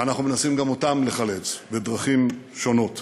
ואנחנו מנסים גם אותם לחלץ בדרכים שונות.